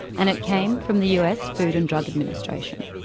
and it came from the us food and drug administration.